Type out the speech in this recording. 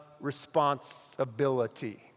responsibility